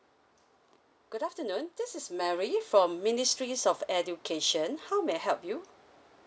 good afternoon this is mary from ministries of education how may I help you